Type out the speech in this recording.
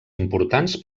importants